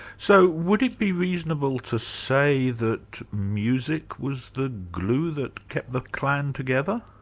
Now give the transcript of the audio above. so would it be reasonable to say that music was the glue that kept the clan together,